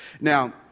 Now